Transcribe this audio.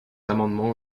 amendement